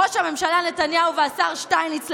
ראש הממשלה נתניהו והשר שטייניץ,